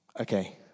Okay